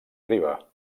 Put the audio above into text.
riba